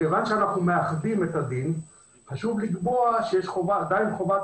מכיוון שאנחנו מאחדים את הדין חשוב לקבוע שיש עדיין חובת